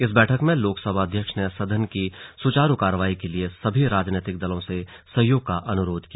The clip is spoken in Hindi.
इस बैठक में लोकसभा अध्यक्ष ने सदन की सुचारू कार्यवाही के लिए सभी राजनीतिक दलों से सहयोग का अनुरोध किया